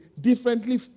differently